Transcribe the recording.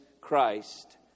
Christ